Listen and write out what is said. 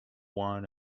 wine